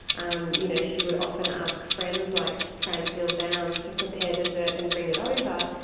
um you know she would often ask friends like francile downs to prepare dessert and bring it over.